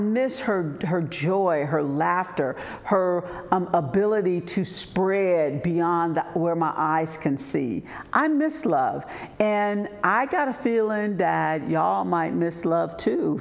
miss her her joy her laughter her ability to spread beyond where my eyes can see i'm miss love and i gotta feel and dad ya'll might miss love too